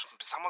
empezamos